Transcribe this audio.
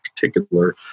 particular